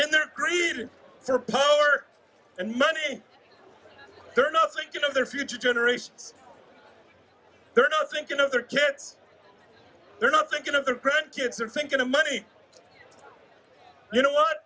and their breeding and money they're not thinking of their future generations they're not thinking of their kids they're not thinking of their grandkids and thinking of money you know what